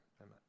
amen